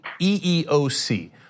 EEOC